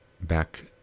back